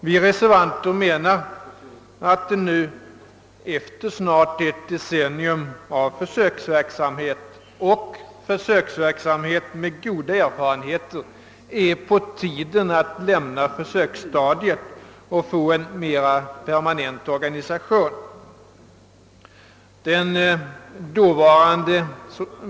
Vi reservanter menar att det nu efter snart ett decennium av försöksverksamhet — en försöksverksamhet med goda erfarenheter — är på tiden att lämna försöksstadiet och få en mer permanent organisation.